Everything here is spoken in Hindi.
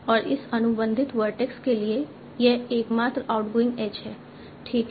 और इस अनुबंधित वर्टेक्स के लिए यह एकमात्र आउटगोइंग एज है ठीक है